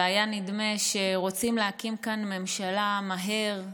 והיה נדמה שרוצים להקים כאן ממשלה מהר,